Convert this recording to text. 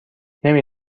نمی